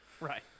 Right